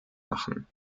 machen